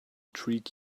treat